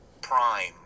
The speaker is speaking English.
Prime